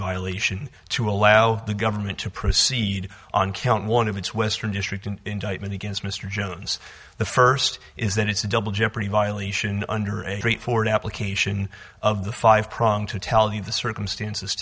violation to allow the government to proceed on count one of its western district an indictment against mr jones the first is that it's a double jeopardy violation under a great for an application of the five prong to tell you the circumstances